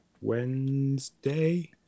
Wednesday